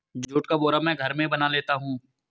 जुट का बोरा मैं घर में बना लेता हूं